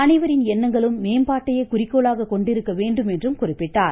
அனைவரின் எண்ணங்களும் மேம்பாட்டையே குறிக்கோளாக கொண்டிருக்க வேண்டும் என்றார்